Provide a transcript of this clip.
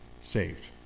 saved